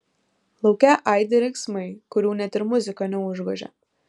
lauke aidi riksmai kurių net ir muzika neužgožia